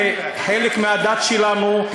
זה חלק מהדת שלנו,